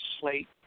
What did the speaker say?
slate